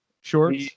shorts